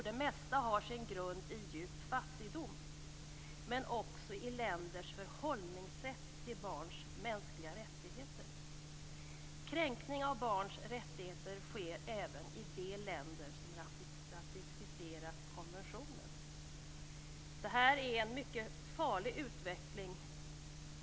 Det mesta har sin grund i djup fattigdom men också i länders förhållningssätt till barns mänskliga rättigheter. Kränkning av barns rättigheter sker även i de länder som ratificerat konventionen. Detta är en mycket farligt utveckling.